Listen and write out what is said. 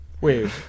Wait